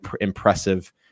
impressive